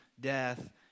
death